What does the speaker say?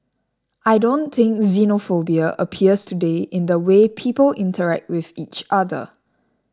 I don't think xenophobia appears today in the way people interact with each other